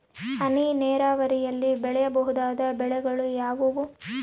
ಹನಿ ನೇರಾವರಿಯಲ್ಲಿ ಬೆಳೆಯಬಹುದಾದ ಬೆಳೆಗಳು ಯಾವುವು?